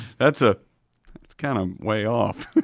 that's ah that's kind of way off.